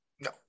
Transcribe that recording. No